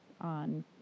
on